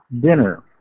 dinner